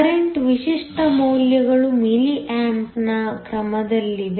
current ವಿಶಿಷ್ಟ ಮೌಲ್ಯಗಳು ಮಿಲಿ ಆಂಪ್ನ ಕ್ರಮದಲ್ಲಿವೆ